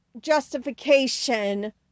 justification